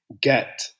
get